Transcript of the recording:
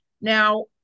Now